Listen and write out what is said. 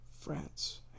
France